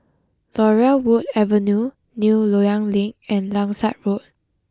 Laurel Wood Avenue New Loyang Link and Langsat Road